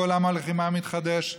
בעולם הלחימה המתחדש,